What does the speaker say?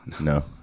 No